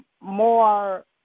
more